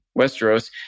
Westeros